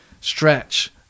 stretch